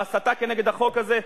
בהסתה נגד החוק הזה,